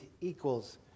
equals